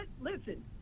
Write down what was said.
Listen